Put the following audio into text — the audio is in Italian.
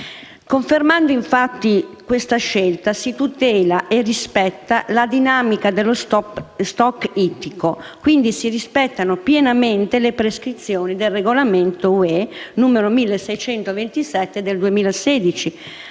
Confermando, infatti, questa scelta, si tutela e rispetta la dinamica dello *stock* ittico. Quindi, si rispettano pienamente le prescrizioni del regolamento dell'Unione europea n. 1627 del 2016,